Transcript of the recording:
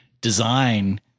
design